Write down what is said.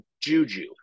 juju